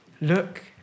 Look